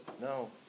No